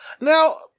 Now